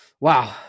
wow